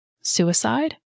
suicide